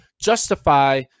justify